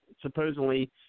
supposedly